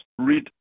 read